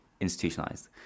institutionalized